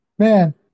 Man